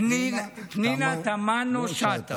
פנינה תמנו שטה.